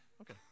Okay